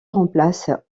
remplace